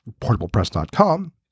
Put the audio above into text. portablepress.com